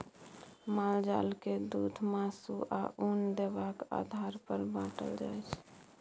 माल जाल के दुध, मासु, आ उन देबाक आधार पर बाँटल जाइ छै